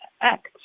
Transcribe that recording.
act